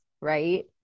Right